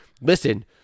Listen